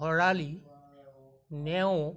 Bharali Neog